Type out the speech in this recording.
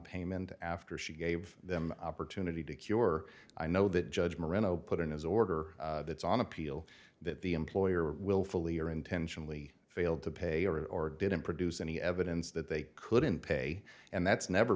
nonpayment after she gave them opportunity to cure i know that judge marino put in his order that's on appeal that the employer willfully or intentionally failed to pay or or didn't produce any evidence that they couldn't pay and that's never